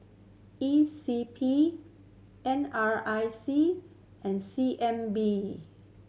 E C P N R I C and C N B